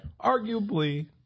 Arguably